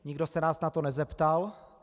Nikdo se nás na to nezeptal.